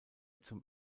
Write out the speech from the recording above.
zum